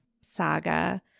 saga